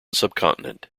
subcontinent